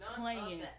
playing